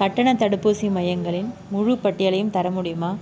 கட்டணத் தடுப்பூசி மையங்களின் முழுப் பட்டியலையும் தர முடியுமா